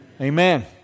amen